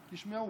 תשמעו,